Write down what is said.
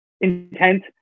intent